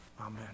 Amen